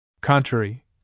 contrary